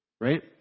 right